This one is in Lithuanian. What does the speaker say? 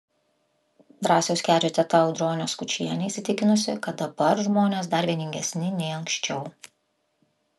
drąsiaus kedžio teta audronė skučienė įsitikinusi kad dabar žmonės dar vieningesni nei anksčiau